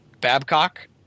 Babcock